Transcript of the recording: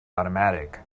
automatic